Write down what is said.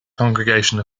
congregation